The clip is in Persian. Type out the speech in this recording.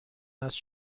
است